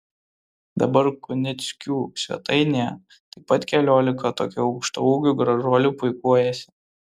dabar kunickių svetainėje taip pat keliolika tokių aukštaūgių gražuolių puikuojasi